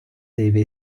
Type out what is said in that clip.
deve